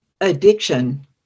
addiction